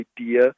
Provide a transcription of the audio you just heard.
idea